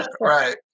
Right